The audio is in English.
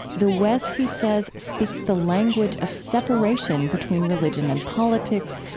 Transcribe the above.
the west, he says, speaks the language of separation between religion and politics,